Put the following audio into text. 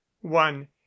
one